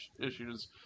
issues